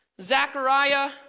Zechariah